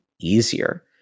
easier